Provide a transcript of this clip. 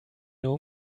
know